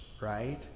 right